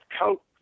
coat